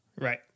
Right